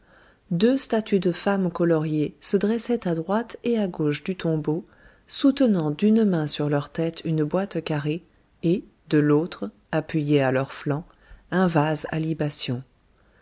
deux statues de femme coloriées se dressaient à droite et à gauche de la tombe soutenant d'une main sur leur tête une boîte carrée et de l'autre appuyé à leur flanc un vase